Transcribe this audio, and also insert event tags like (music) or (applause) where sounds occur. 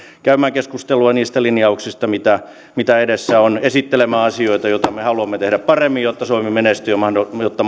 käymään keskustelua niistä linjauksista mitä mitä edessä on esittelemään asioita joita me haluamme tehdä paremmin jotta suomi menestyy ja jotta (unintelligible)